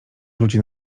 wróci